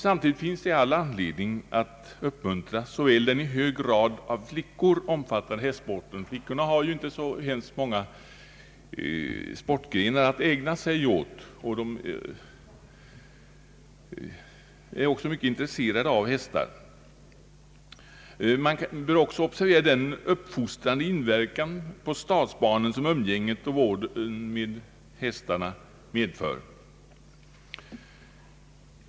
Samtidigt finns det all anledning att uppmuntra den i hög grad av flickor omfattade hästsporten — flickorna har ju inte så många sportgrenar att ägna sig åt, och de är i allmänhet mycket intresserade av hästar — och man bör också observera den fostrande inverkan för stadsbarnen som umgänget med och vården av hästarna medför.